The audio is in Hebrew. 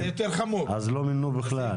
הם לא מונו בכלל.